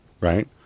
right